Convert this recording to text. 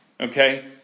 Okay